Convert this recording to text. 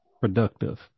productive